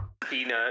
peanut